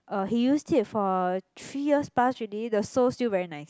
uh he used it for three years past already the sole still very nice